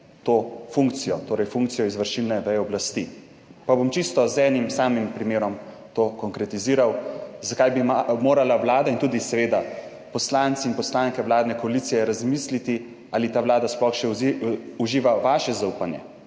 to funkcijo, torej funkcijo izvršilne veje oblasti. Pa bom čisto z enim samim primerom to konkretiziral. Zakaj bi morala Vlada in tudi seveda poslanci in poslanke vladne koalicije razmisliti ali ta vlada sploh še uživa vaše zaupanje.